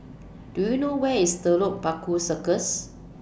Do YOU know Where IS Telok Paku Circus